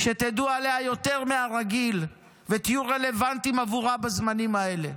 שתדעו עליה יותר מהרגיל ותהיו רלוונטיים עבורה בזמנים האלה.